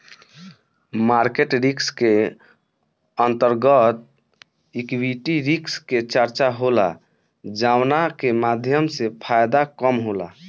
market risk के अंतर्गत equity risk के चर्चा होला जावना के माध्यम से फायदा कम होला